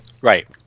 right